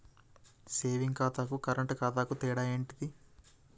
Saving ఖాతాకు current ఖాతాకు తేడా ఏంటిది?